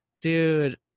dude